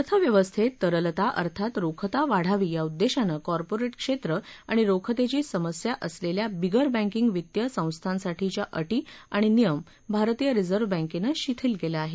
अर्थव्यवस्थेत तरलता अर्थात रोखता वाढावी या उद्देशानं कॉपॉरेट क्षेत्र आणि रोखतेची समस्या असलेल्या बिगर बँकिंग वित्तीय संस्थांसाठीच्या अटी आणि नियम भारतीय रिझर्व्ह बँकेनं शिथिल केले आहेत